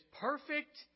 perfect